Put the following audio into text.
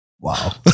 Wow